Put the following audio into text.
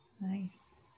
nice